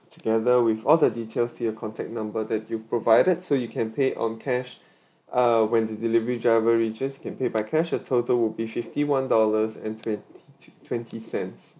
together with all the details to your contact number that you've provided so you can pay on cash uh when the delivery driver reaches can pay by cash your total will be fifty one dollars and twenty two twenty cents